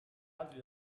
altri